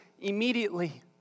immediately